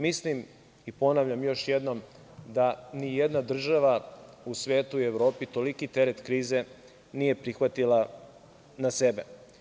Mislim i ponavljam još jednom da nijedna država u svetu i Evropi toliki teret krize nije prihvatila na sebe.